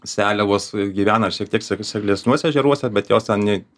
seliavos gyvena šiek tiek se seklesniuose ežeruose bet jos ten n